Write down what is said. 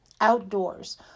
outdoors